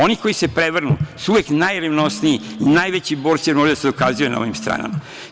Oni koji se prevrnu su uvek najrevnosniji, najveći borci jer moraju da se dokazuju na ovim stranama.